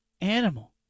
animal